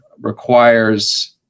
requires